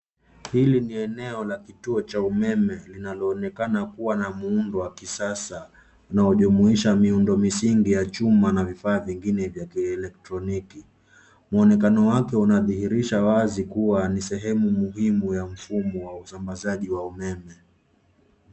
Hili ni eneo la kituo cha umeme linaloonekana kuwa na muundo wa kisasa unaojumuisha miundomisingi ya chuma na vifaa vingine vya kielektroniki. Mwonekano wake unadhihirisha wazi kuwa ni sehemu muhimu ya mfumo wa usambazaji wa umeme.